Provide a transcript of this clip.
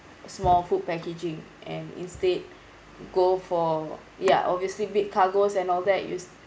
small food packaging and instead go for ya obviously big cargoes and all that use